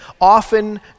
often